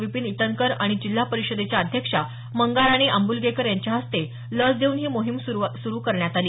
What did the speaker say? विपिन ईटनकर आणि जिल्हा परिषदेच्या अध्यक्षा मंगाराणी आंबुलगेकर यांच्या हस्ते लस देऊन ही मोहीम सुरू करण्यात आली